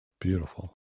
Beautiful